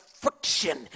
friction